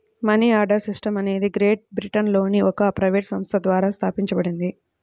money order system అనేది great బ్రిటన్లోని ఒక ప్రైవేట్ సంస్థ ద్వారా స్థాపించబడింది